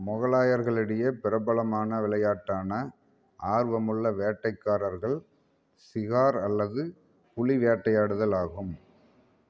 முகலாயர்களிடையே பிரபலமான விளையாட்டான ஆர்வமுள்ள வேட்டைக்காரர்கள் ஷிகார் அல்லது புலி வேட்டையாடுதல் ஆகும்